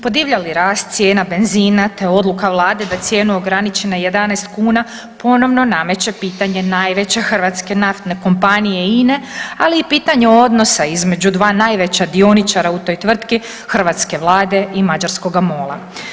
Podivljali rast cijena benzina, te odluka Vlade da cijenu ograniči na 11 kuna, ponovno nameće pitanje najveće hrvatske naftne kompanije INE, ali i pitanje odnosa između dva najveća dioničara u toj tvrtki, hrvatske Vlade i mađarskoga MOL-a.